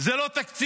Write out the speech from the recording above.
זה לא תקציב.